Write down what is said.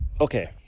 okay